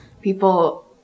People